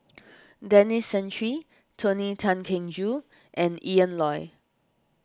Denis Santry Tony Tan Keng Joo and Ian Loy